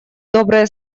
добрые